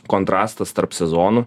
kontrastas tarp sezonų